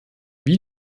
wie